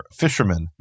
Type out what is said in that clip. fishermen